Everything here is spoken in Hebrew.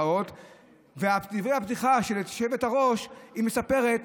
ובדברי הפתיחה של היושבת-ראש היא מספרת